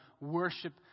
worship